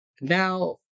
now